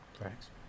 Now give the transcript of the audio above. Thanks